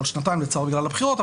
כל שנתיים בגלל הבחירות,